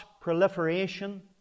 proliferation